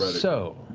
ah so